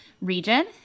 region